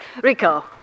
Rico